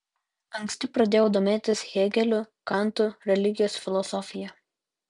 anksti pradėjau domėtis hėgeliu kantu religijos filosofija